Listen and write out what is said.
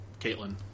Caitlin